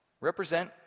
represent